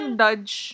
dodge